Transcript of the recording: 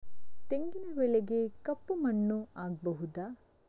ತೆಂಗಿನ ಬೆಳೆಗೆ ಕಪ್ಪು ಮಣ್ಣು ಆಗ್ಬಹುದಾ?